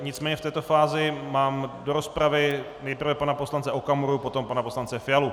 Nicméně v této fázi mám do rozpravy nejprve pana poslance Okamuru, potom pana poslance Fialu.